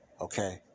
Okay